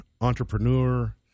entrepreneur